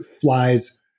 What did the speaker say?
flies